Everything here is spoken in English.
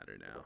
now